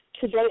today